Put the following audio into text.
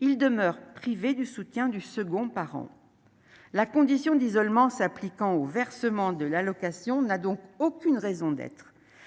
il demeure privé du soutien du second par an, la condition d'isolement s'appliquant au versement de l'allocation n'a donc aucune raison d'être,